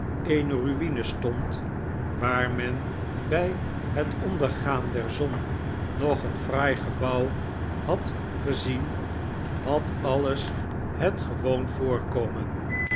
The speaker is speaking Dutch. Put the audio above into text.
eene mine stond waar men bij het ondergaan der zon nog een fraai gebouw had gezien had alles het gewoon voorkomen